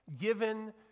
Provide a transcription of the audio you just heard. given